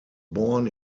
born